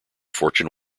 fortune